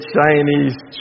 Chinese